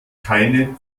keine